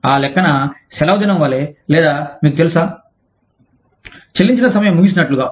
ఆ లెక్క సెలవుదినం వలె లేదా మీకు తెలుసా చెల్లించిన సమయం ముగిసినట్లుగా